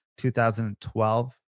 2012